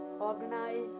organized